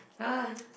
ah